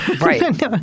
Right